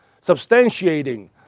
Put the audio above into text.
substantiating